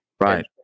Right